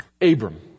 Abram